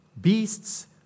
beasts